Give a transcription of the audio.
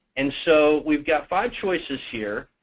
and so we've got five choices here.